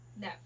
no